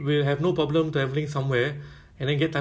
tak complain atau tak